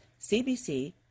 CBC